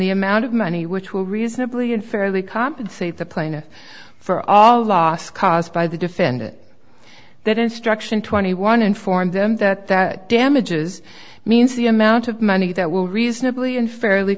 the amount of money which will reasonably unfairly compensate the plaintiff for all loss caused by the defendant that instruction twenty one informed them that that damages means the amount of money that will reasonably unfairly